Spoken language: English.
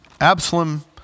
Absalom